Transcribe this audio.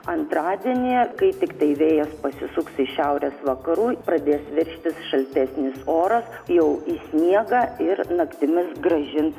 antradienį kai tiktai vėjas pasisuks iš šiaurės vakarų pradės veržtis šaltesnis oras jau į sniegą ir naktimis grąžins